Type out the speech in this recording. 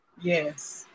Yes